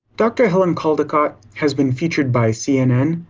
dr. helen caldicott has been featured by cnn,